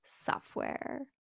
software